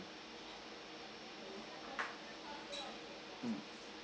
mm